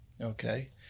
okay